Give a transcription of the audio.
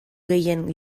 gehien